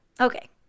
Okay